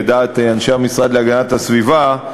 לדעת אנשי המשרד להגנת הסביבה,